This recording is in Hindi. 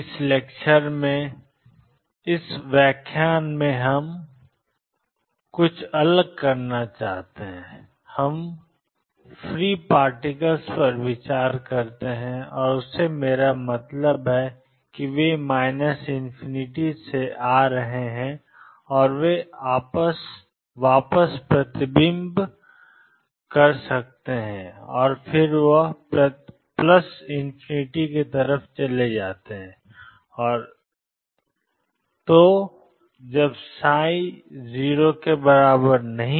इस लेक्चर में हम इस लेक्चर में कुछ अलग करना चाहते हैं हम फ्री पार्टिकल्स पर विचार करते हैं और उससे मेरा मतलब है वे ∞ से आ रहे हैं वे वापस प्रतिबिंब ित कर सकते हैं और ∞ पर जा सकते हैं और इसी तरह